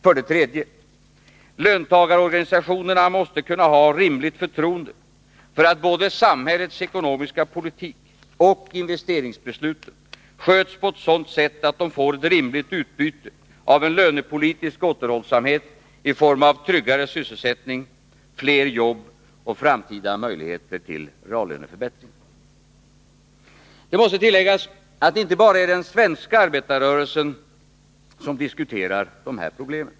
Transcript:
För det tredje: Löntagarorganisationerna måste kunna ha rimligt förtroende för att både samhällets ekonomiska politik och investeringsbesluten sköts på ett sådant sätt att de får ett rimligt utbyte av en lönepolitisk återhållsamhet i form av tryggare sysselsättning, fler jobb och framtida möjligheter till reallöneförbättringar. Det måste tilläggas att det inte bara är den svenska arbetarrörelsen som diskuterar de här problemen.